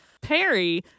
Perry